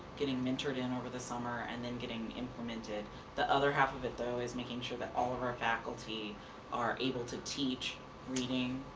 getting mentored in over the summer, and then getting implemented. the other half of it, though, is making sure that all of our faculty are able to teach reading,